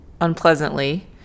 unpleasantly